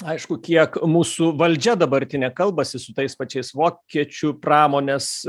aišku kiek mūsų valdžia dabartinė kalbasi su tais pačiais vokiečių pramonės